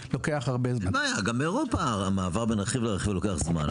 גם באירופה המעבר בין רכיב לרכיב לוקח זמן.